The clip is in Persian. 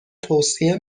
توصیه